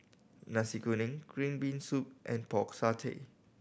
Nasi Kuning green bean soup and Pork Satay